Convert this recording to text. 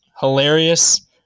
hilarious